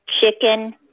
chicken